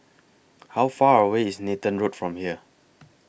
How Far away IS Nathan Road from here